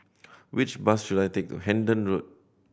which bus should I take to Hendon Road